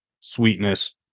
sweetness